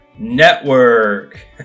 Network